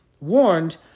warned